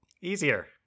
easier